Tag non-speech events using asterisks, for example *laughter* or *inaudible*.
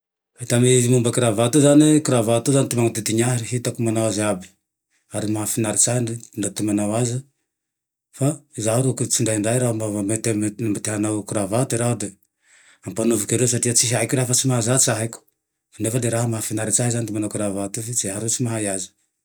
*unintelligible* izy momba kravate io zane e, kravate io zane ty manodidigne ahy hitako manao aze aby. Ary mahafinaritsy ahy ty ndaty manao aze. Fa zaho ro ky tsindraindray raho mba vô mety mbo te hanao kravate raho de ampanoviko eroa satria tsy haiko raha fa tsy mahazatsy ahiko nefa le raha mahafinaritsy ahy zane manao kravate io fe i aho ro tsy mahay aze.